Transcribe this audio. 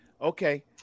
Okay